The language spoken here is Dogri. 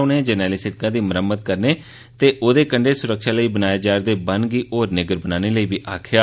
उनें जरनैली सिड़का दी मरम्मत करने ते ओहदे कंड्ढे सुरक्षा लेई बनाए गेदे बन्न गी होर निग्गर बनाने लेई बी आखेआ